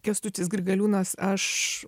kęstutis grigaliūnas aš